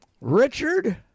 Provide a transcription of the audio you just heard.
Richard